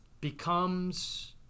becomes